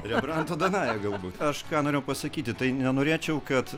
rembranto danaja galbūt aš ką norėjau pasakyti tai nenorėčiau kad